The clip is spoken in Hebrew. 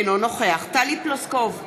אינו נוכח טלי פלוסקוב,